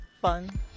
fun